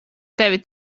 tevi